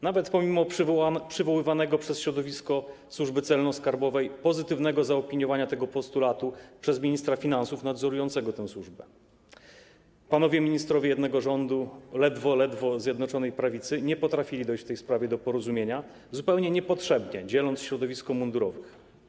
Nawet pomimo przywoływanych przez środowisko Służby Celno-Skarbowej pozytywnego zaopiniowania tego postulatu przez nadzorującego tę służbę ministra finansów panowie ministrowie jednego rządu ledwo, ledwo Zjednoczonej Prawicy nie potrafili dojść w tej sprawie do porozumienia, zupełnie niepotrzebnie dzieląc środowisko mundurowych.